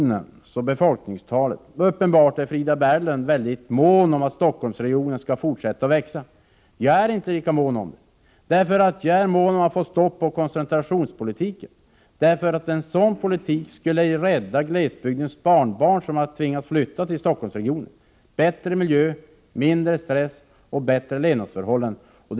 När det gäller befolkningstalet i Stockholmsregionen är Frida Berglund uppenbarligen mån om att Stockholmsregionen skall fortsätta att växa. Jag är inte lika mån om det, eftersom jag är mån om att få stopp på koncentrationspolitiken. En sådan politik skulle rädda glesbygdens barnbarn, som har tvingats flytta till Stockholmsregionen. De skulle få en bättre miljö, mindre stress och bättre levnadsförhållanden med en sådan politik.